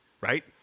right